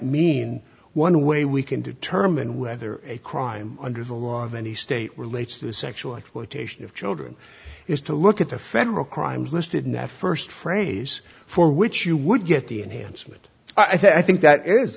mean one way we can determine whether a crime under the law of any state relates to the sexual exploitation of children is to look at the federal crimes listed in that first phrase for which you would get the enhancement i think that i